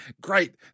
great